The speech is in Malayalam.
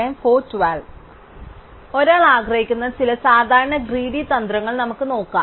അതിനാൽ ഒരാൾ ആഗ്രഹിക്കുന്ന ചില സാധാരണ ഗ്രീഡി തന്ത്രങ്ങൾ നമുക്ക് നോക്കാം